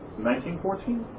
1914